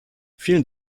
vielen